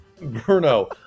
Bruno